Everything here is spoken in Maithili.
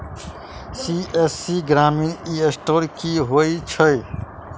सी.एस.सी ग्रामीण ई स्टोर की होइ छै?